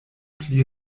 pli